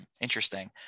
Interesting